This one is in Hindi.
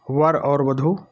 वर और वधू